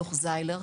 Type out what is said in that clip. דוח זיילר,